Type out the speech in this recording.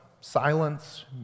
silence